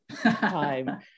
time